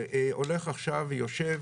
שהולך עכשיו, יושב,